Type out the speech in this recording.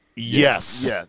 Yes